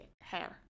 hair